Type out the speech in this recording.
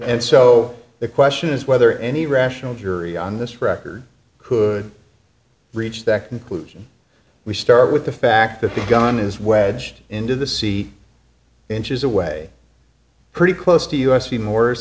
and so the question is whether any rational jury on this record could reach that conclusion we start with the fact that the gun is is wedged into the sea inches away pretty close to us even